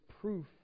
proof